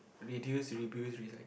reduce reuse recycle